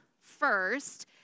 first